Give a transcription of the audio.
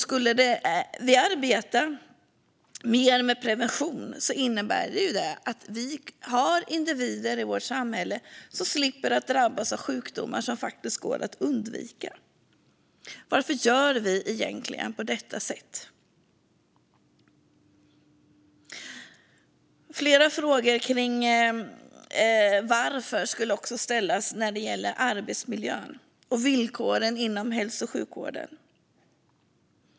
Skulle vi arbeta mer med prevention skulle det innebära att individer i vårt samhälle slapp drabbas av sjukdomar som faktiskt går att undvika. Varför gör vi egentligen på detta sätt? Fler frågor skulle också behöva ställas när det gäller arbetsmiljön och villkoren inom hälso och sjukvården.